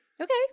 Okay